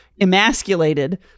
emasculated